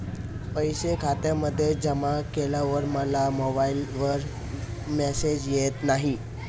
पैसे खात्यामध्ये जमा केल्यावर मला मोबाइलवर मेसेज येत नाही?